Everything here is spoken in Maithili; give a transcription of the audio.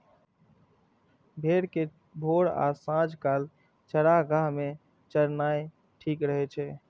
भेड़ कें भोर आ सांझ काल चारागाह मे चरेनाय ठीक रहै छै